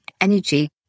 energy